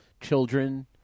children